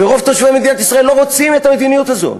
ורוב תושבי מדינת ישראל לא רוצים את המדיניות הזאת.